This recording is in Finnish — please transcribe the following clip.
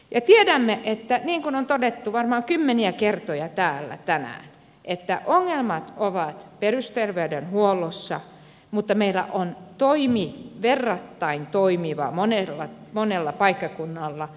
tiedämme että niin kuin on todettu varmaan kymmeniä kertoja täällä tänään ongelmat ovat perusterveydenhuollossa mutta meillä on verrattain toimiva erikoissairaanhoito monella paikkakunnalla